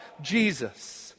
Jesus